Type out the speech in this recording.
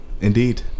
Indeed